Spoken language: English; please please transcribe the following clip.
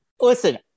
Listen